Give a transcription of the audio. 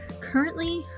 currently